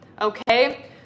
Okay